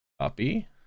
Copy